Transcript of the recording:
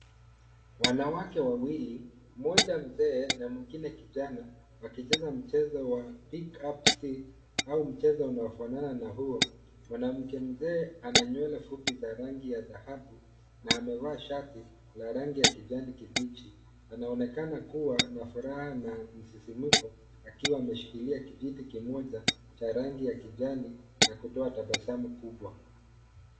Wanawake wawili, mmoja mzee na mwingine kijana, wakicheza mchezo wa pick-up stick au mchezo unaofanana na huo. Mwanamke mzee ana nywele fupi za rangi ya dhahabu na amevaa shati la rangi ya kijani kibichi. Anaonekana kuwa na furaha na msisimuko akiwa ameshikilia kijiti kimoja cha rangi ya kijani na kutoa tabasamu kubwa.